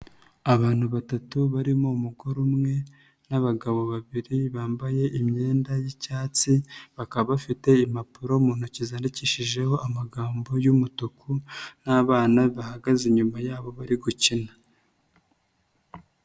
Abantu batatu barimo umugore umwe n'abagabo babiri bambaye imyenda y'icyatsi bakaba bafite impapuro mu ntoki zandikishijeho amagambo y'umutuku n'abana bahagaze inyuma yabo bari gukina.